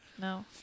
No